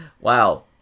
Wow